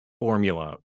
formula